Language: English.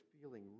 feeling